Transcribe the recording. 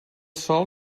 sol